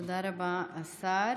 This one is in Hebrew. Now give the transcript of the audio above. תודה רבה, השר.